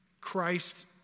Christ